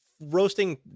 Roasting